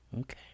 Okay